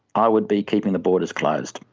i would be keeping the borders closed,